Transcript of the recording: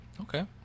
Okay